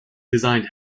designed